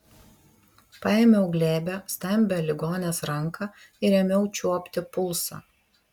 paėmiau glebią stambią ligonės ranką ir ėmiau čiuopti pulsą